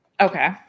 Okay